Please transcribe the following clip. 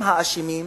אשמים,